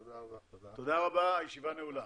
תודה רבה, הישיבה נעולה.